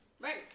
Right